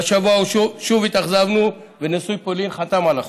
והשבוע שוב התאכזבנו ונשיא פולין חתם על החוק,